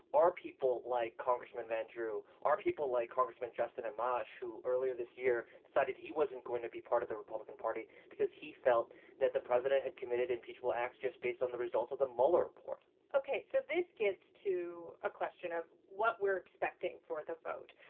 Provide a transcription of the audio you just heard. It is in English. are people like congressman van drew, are people like congressman justin amash, who, earlier this year, decided he wasn't going to be part of the republican party because he felt that the president had committed impeachable acts just based on the results of the mueller report ok. so this gets to a question of what we're expecting for the vote.